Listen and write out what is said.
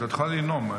ואת יכולה לנאום,